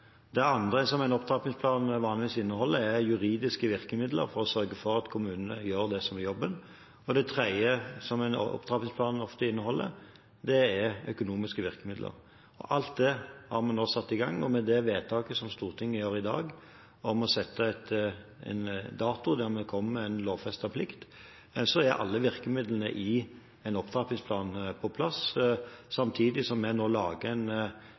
Det andre som en opptrappingsplan vanligvis inneholder, er juridiske virkemidler for å sørge for at kommunene gjør det som er jobben, og det tredje som en opptrappingsplan ofte inneholder, er økonomiske virkemidler. Alt dette har vi nå satt i gang, og med det vedtaket som Stortinget gjør i dag, om å sette en dato der vi kommer med en lovfestet plikt, er alle virkemidlene i en opptrappingsplan på plass, samtidig som vi nå lager